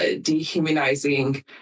dehumanizing